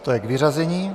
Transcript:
To je k vyřazení.